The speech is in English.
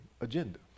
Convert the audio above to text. agenda